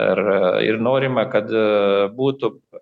ar ir norima kad e būtų